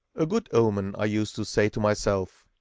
a good omen, i used to say to myself